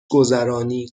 گذرانی